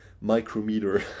micrometer